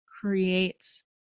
creates